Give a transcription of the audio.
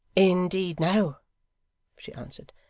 indeed no she answered.